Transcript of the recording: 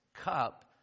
cup